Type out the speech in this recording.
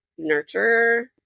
nurturer